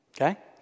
okay